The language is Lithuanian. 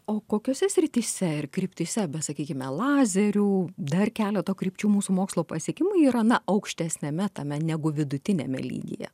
o kokiose srityse ir kryptyse be sakykime lazerių dar keleto krypčių mūsų mokslo pasiekimai yra na aukštesniame tame negu vidutiniame lygyje